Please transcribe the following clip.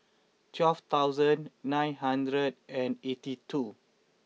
twelve thousand nine hundred eighty two